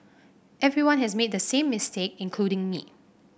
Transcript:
everyone has made the same mistake including me